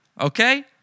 okay